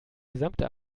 gesamte